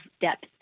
depth